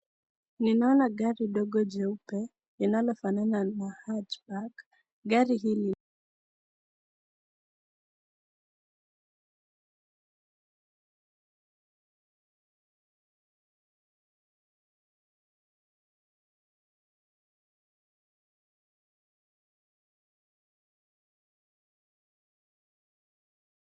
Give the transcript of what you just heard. Ninaona gari ndogo jeupe linalofanana na haji bagi , gari hili